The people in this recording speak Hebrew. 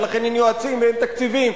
ולכן אין יועצים ואין תקציבים,